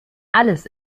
alles